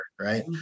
Right